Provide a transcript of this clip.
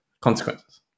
consequences